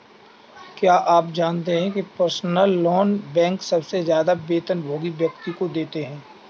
क्या आप जानते है पर्सनल लोन बैंक सबसे ज्यादा वेतनभोगी व्यक्ति को देते हैं?